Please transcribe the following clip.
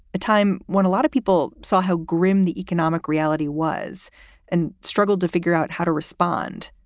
a time when a lot of people saw how grim the economic reality was and struggled to figure out how to respond.